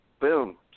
boom